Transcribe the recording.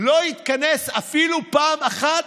לא התכנס אפילו פעם אחת,